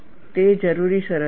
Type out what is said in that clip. તે જરૂરી શરત છે